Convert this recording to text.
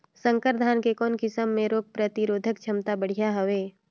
संकर धान के कौन किसम मे रोग प्रतिरोधक क्षमता बढ़िया हवे?